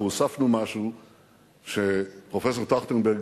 אנחנו הוספנו משהו שפרופסור טרכטנברג